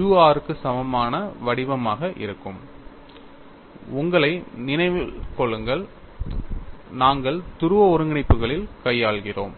u r க்கு சமமான வடிவமாக இருக்கும் உங்களை நினைவில் கொள்ளுங்கள் நாங்கள் துருவ ஒருங்கிணைப்புகளில் கையாள்கிறோம்